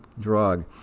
drug